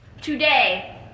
Today